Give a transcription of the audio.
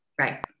Right